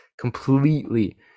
completely